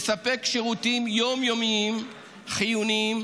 מספק שירותים יום-יומיים חיוניים,